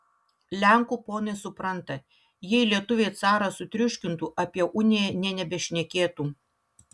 lenkų ponai supranta jei lietuviai carą sutriuškintų apie uniją nė nebešnekėtų